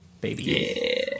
baby